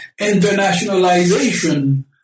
internationalization